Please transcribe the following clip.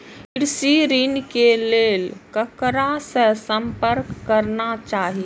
कृषि ऋण के लेल ककरा से संपर्क करना चाही?